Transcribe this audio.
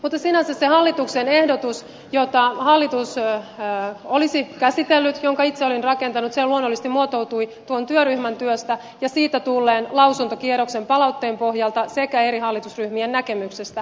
mutta sinänsä se hallituksen ehdotus jota hallitus olisi käsitellyt jonka itse olin rakentanut luonnollisesti muotoutui työryhmän työstä ja siitä tulleen lausuntokierroksen palautteen pohjalta sekä eri hallitusryhmien näkemyksistä